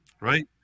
Right